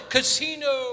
Casino